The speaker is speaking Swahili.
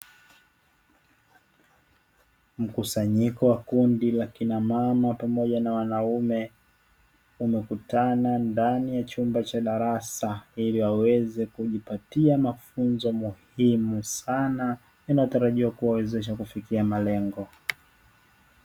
Mkusanyiko a kundi la kina mama pamoja na wanaume wamekutana ndani ya chumba cha darasa ili waweze kujipatia mafunzo muhimu sana, yanayotarajiwa kuwawezesha kufikia malengo.